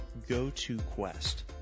GoToQuest